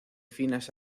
finas